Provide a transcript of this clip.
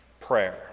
prayer